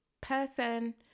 person